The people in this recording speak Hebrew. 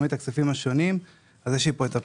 את הכספים השונים יש לי פה את הפירוט.